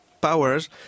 powers